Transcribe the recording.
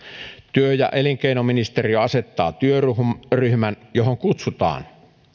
työ ja elinkeinoministeriö asettaa työryhmän johon kutsutaan